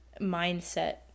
mindset